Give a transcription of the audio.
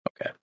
Okay